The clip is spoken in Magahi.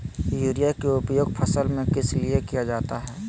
युरिया के उपयोग फसल में किस लिए किया जाता है?